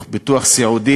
ביטוח סיעוד,